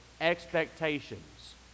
expectations